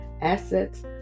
assets